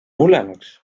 hullemaks